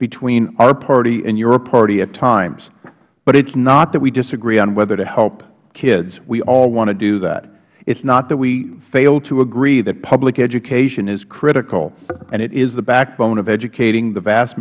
between our party and your party at times but it is not that we disagree on whether to help kids we all want to do that it is not that we fail to agree that public education is critical and it is the backbone of educating the vast